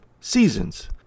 seasons